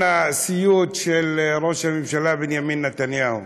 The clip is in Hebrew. הסיוט של ראש הממשלה בנימין נתניהו,